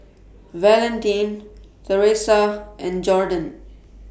Valentin Teressa and Jordon